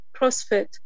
CrossFit